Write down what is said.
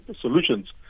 solutions